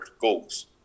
goals